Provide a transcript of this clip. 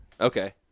Okay